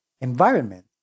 environment